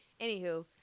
Anywho